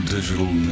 Digital